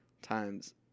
Times